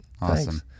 Awesome